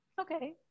Okay